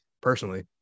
personally